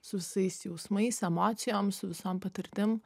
su visais jausmais emocijom su visom patirtim